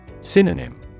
Synonym